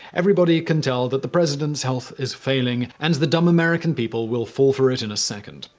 everybody can tell that the president's health is failing. and the dumb american people will fall for it in a second.